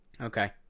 Okay